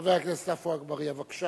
חבר הכנסת עפו אגבאריה, בבקשה.